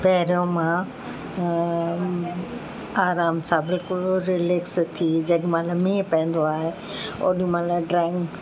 पहिरों मां आराम सां बिल्कुलु रिलैक्स थी जेॾीमहिल मींहुं पवंदो आहे ओॾीमहिल ड्रॉइंग